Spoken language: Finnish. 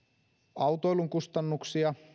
autoilun kustannuksia